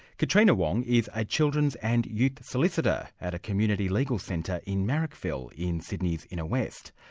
katrina wong is a children's and youth solicitor at a community legal centre in marrickville in sydney's inner-west.